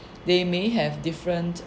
they may have different